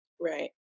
right